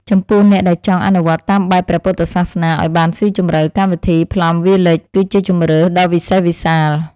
ចំពោះអ្នកដែលចង់អនុវត្តតាមបែបព្រះពុទ្ធសាសនាឱ្យបានស៊ីជម្រៅកម្មវិធី ផ្លាំ វីលេច (Plum Village) គឺជាជម្រើសដ៏វិសេសវិសាល។